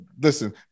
listen